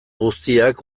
guztiak